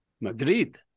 madrid